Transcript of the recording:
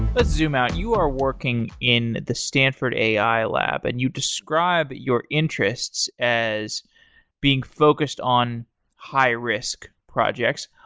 let's zoom out. you are working in the stanford a i. lab, and you described your interests as being focused on high-risk projects.